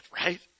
right